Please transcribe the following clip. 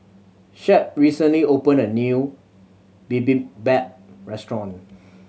Shep recently opened a new Bibimbap Restaurant